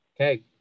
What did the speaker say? Okay